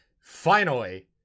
Finally-